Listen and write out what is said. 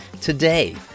today